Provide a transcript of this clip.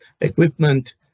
equipment